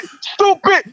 stupid